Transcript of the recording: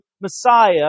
Messiah